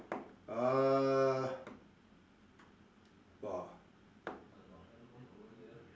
err !wah!